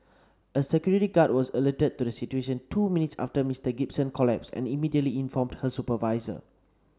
a security guard was alerted to the situation two minutes after Mister Gibson collapsed and immediately informed her supervisor